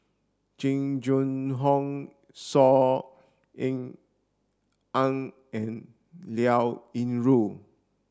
Jing Jun Hong Saw Ean Ang and Liao Yingru